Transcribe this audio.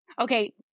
Okay